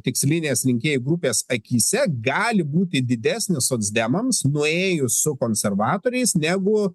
tikslinės rinkėjų grupės akyse gali būti didesnis socdemams nuėjus su konservatoriais negu